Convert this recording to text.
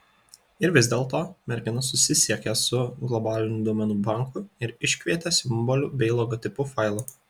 ir vis dėlto mergina susisiekė su globaliniu duomenų banku ir iškvietė simbolių bei logotipų failą